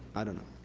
i don't know.